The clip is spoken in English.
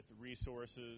resources